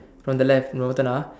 from the left no turn ah